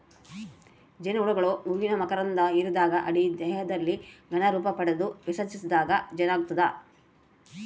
ಜೇನುಹುಳುಗಳು ಹೂವಿನ ಮಕರಂಧ ಹಿರಿದಾಗ ಅಡಿ ದೇಹದಲ್ಲಿ ಘನ ರೂಪಪಡೆದು ವಿಸರ್ಜಿಸಿದಾಗ ಜೇನಾಗ್ತದ